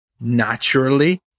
naturally